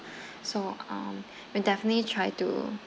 so um we'll definitely try to